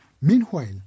Meanwhile